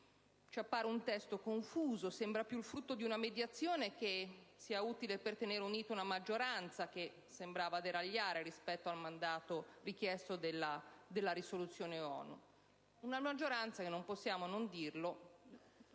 Ci appare un testo confuso, che sembra più il frutto di una mediazione utile per tenere unita una maggioranza che sembrava deragliare rispetto al mandato richiesto dalla risoluzione dell'ONU; una maggioranza che - non possiamo non dirlo